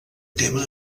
tema